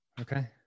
okay